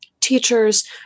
teachers